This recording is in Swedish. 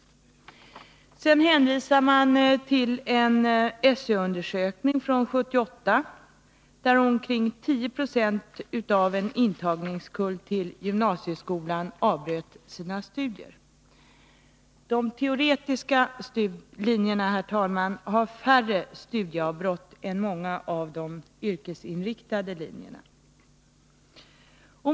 Man hänvisar också till en SÖ undersökning från 1978, enligt vilken omkring 10 96 av en kull intagna till gymnasieskolan avbröt sina studier. De teoretiska linjerna har färre studieavbrott än många av de yrkesinriktade linjerna.